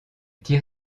tire